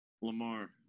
Lamar